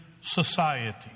society